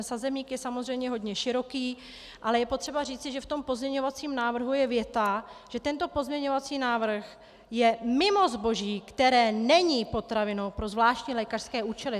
Sazebník je samozřejmě hodně široký, ale je potřeba říci, že v pozměňovacím návrhu je věta, že tento pozměňovací návrh je mimo zboží, které není potravinou pro zvláštní lékařské účely!